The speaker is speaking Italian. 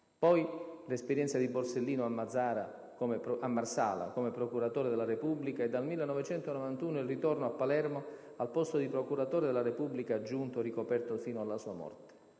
Poi l'esperienza di Borsellino a Marsala come procuratore della Repubblica e, dal 1991, il ritorno a Palermo al posto di procuratore della Repubblica aggiunto, ricoperto fino alla sua morte.